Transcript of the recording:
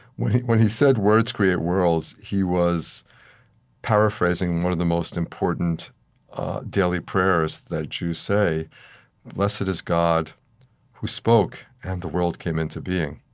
when he when he said, words create worlds, he was paraphrasing one of the most important daily prayers that jews say blessed is god who spoke and the world came into being.